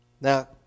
Now